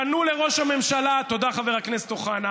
פנו לראש הממשלה, תודה, חבר הכנסת אוחנה.